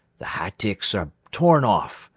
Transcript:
the hatyks are torn off.